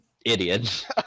Idiot